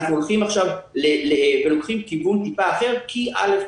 אנחנו לוקחים עכשיו כיוון טיפה אחר כי א',